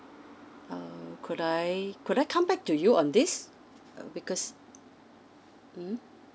uh could I could I come back to you on this uh because mm